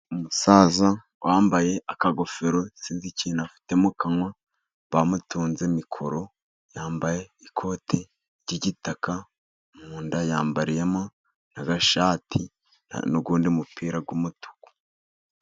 Umusaza wambaye akagofero, sinzi ikintu afite mu kanwa, bamumutunze mikoro, yambaye ikoti ry'igitaka, mu nda yambariyemo agashati n'undi mupira w'umutuku.